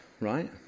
right